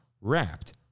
wrapped